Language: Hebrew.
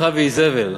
אחאב ואיזבל.